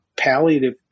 Palliative